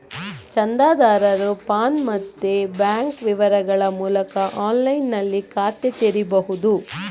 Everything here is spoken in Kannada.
ಚಂದಾದಾರರು ಪಾನ್ ಮತ್ತೆ ಬ್ಯಾಂಕ್ ವಿವರಗಳ ಮೂಲಕ ಆನ್ಲೈನಿನಲ್ಲಿ ಖಾತೆ ತೆರೀಬಹುದು